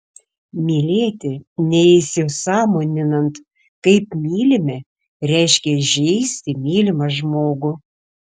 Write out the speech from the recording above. mylėti neįsisąmoninant kaip mylime reiškia žeisti mylimą žmogų